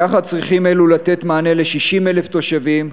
יחד צריכים אלו לתת מענה ל-60,000 תושבים,